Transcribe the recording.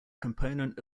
component